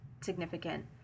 significant